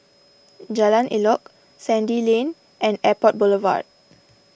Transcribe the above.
Jalan Elok Sandy Lane and Airport Boulevard